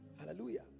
Hallelujah